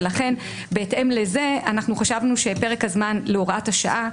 ולכן בהתאם לזה חשבנו שפרק הזמן להוראת השעה,